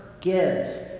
gives